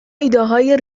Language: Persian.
ایدههای